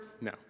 No